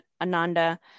Ananda